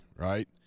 Right